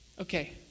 okay